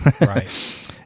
right